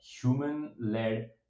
human-led